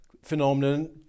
phenomenon